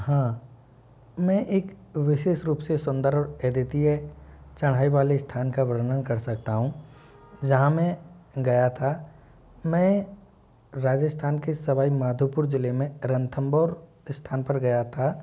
हाँ मैं एक विशेष रूप से सुंदर अदित्य चढ़ाई वाले स्थान का वर्णन कर सकता हूँ जहाँ में गया था मैं राजस्थान के सवाई माधोपुर ज़िले में रणथंबोर स्थान पर गया था